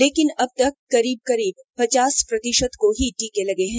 लेकिन अब तक करीब करीब पचास प्रतिशत को ही टीके लगे हैं